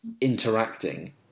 interacting